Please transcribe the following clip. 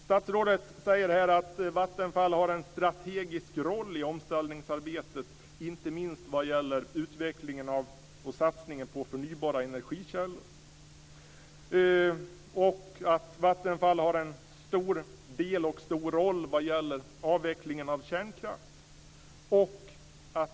Statsrådet säger här att Vattenfall har en strategisk roll i omställningsarbetet, inte minst vad gäller utvecklingen och satsningen på förnybara energikällor. Vidare säger statsrådet att Vattenfall har en stor del i och en stor roll när det gäller avvecklingen av kärnkraft.